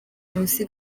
munsi